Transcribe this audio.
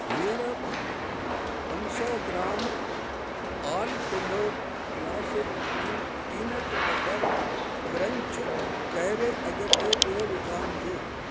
हींअर पंज सौ ग्राम ऑलपिनो क्लासिक पीन पीनट बटर क्रंच कहिड़े अघ ते पियो विकामिजे